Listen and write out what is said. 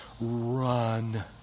run